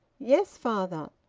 yes, father.